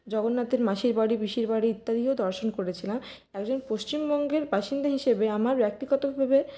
জগন্নাথের মাসির বাড়ি পিসির বাড়ি ইত্যাদিও দর্শন করেছিলাম একজন পশ্চিমবঙ্গের বাসিন্দা হিসেবে আমার একটি কথা ভেবে